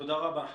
תודה רבה.